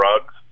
drugs